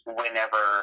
whenever